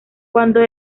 cuándo